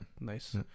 nice